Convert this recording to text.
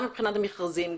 גם מבחינת המכרזים,